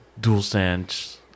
DualSense